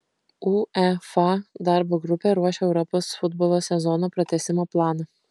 uefa darbo grupė ruošia europos futbolo sezono pratęsimo planą